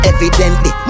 Evidently